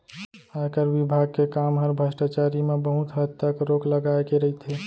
आयकर विभाग के काम हर भस्टाचारी म बहुत हद तक रोक लगाए के रइथे